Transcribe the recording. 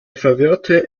verwirrte